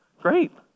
great